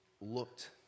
looked